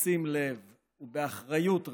בשים לב ובאחריות רבה.